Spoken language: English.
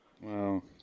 Wow